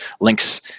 links